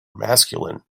masculine